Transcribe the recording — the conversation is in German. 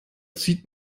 zieht